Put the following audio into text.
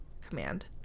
command